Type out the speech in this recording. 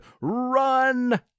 Run